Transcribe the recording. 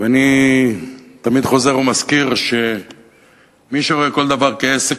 ואני תמיד חוזר ומזכיר שמי שרואה כל דבר כעסק,